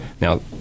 Now